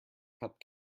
cup